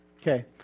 Okay